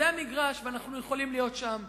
זה המגרש, ואנחנו יכולים להיות שם.